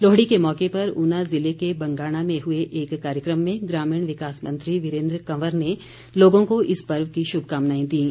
लोहड़ी के मौके पर ऊना जिले के बंगाणा में हए कार्यक्रम में ग्रामीण विकास मंत्री वीरेन्द्र कवर ने लोगों को इस पर्व की शुभकामनाएं दीं